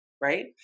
right